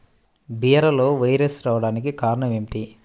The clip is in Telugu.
బీరలో వైరస్ రావడానికి కారణం ఏమిటి?